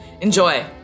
Enjoy